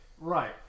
Right